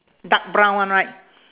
dark brown one right